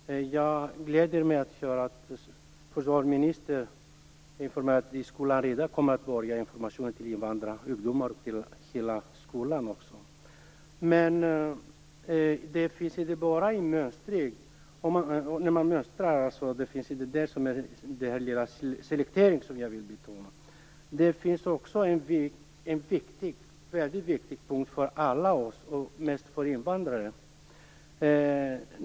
Herr talman! Det gläder mig att höra försvarsministern säga att informationen till invandrarungdomar, och även hela skolan, är på väg. Men den selektering som jag vill betona finns inte bara vid mönstringen. Det finns också en annan punkt som är mycket viktig för oss alla, och mest för invandrare.